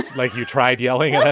like you tried yelling,